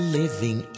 living